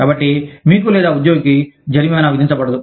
కాబట్టి మీకు లేదా ఉద్యోగికి జరిమానా విధించబడదు